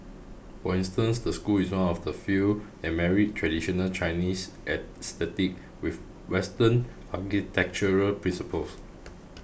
for instance the school is one of the few that married traditional Chinese aesthetics with Western architectural principles